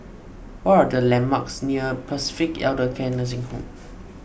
what are the landmarks near Pacific Elder Care Nursing Home